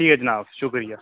ठीक ऐ जनाब शुक्रिया